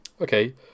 Okay